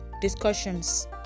discussions